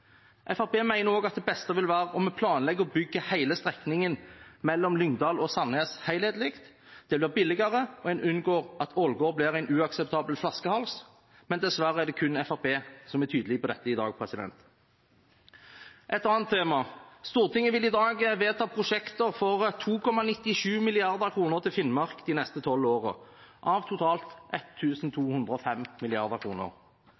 at det beste vil være om vi planlegger og bygger hele strekningen mellom Lyngdal og Sandnes helhetlig. Det blir billigere, og en unngår at Ålgård blir en uakseptabel flaskehals. Dessverre er det kun Fremskrittspartiet som er tydelig på dette i dag. Så til et annet tema: Stortinget vil i dag vedta prosjekter for 2,97 mrd. kr til Finnmark de neste tolv årene, av totalt